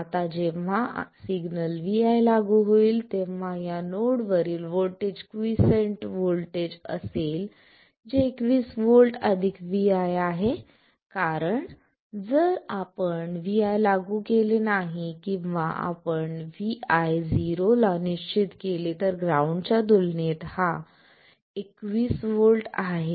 आता जेव्हा signal vi लागू होईल तेव्हा या नोड वरील व्होल्टेज क्वीसेंट व्होल्टेज असेल जे 21 व्होल्ट vi आहे कारण जर आपण vi लागू केले नाही किंवा आपण vi 0 ला निश्चित केले तर ग्राउंड च्या तुलनेत हा 21 व्होल्ट आहे